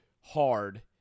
hard